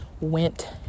went